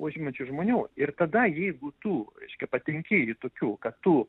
užimančių žmonių ir tada jeigu tu reiškia patenki į tokių kad tu